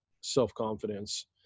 self-confidence